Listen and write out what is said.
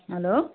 hello